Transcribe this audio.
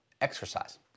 exercise